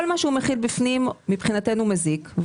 כל מה שהוא מכיל בפנים, מבחינתנו מזיק.